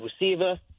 receiver